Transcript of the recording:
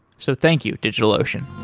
so thank you, digitalocean